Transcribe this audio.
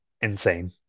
insane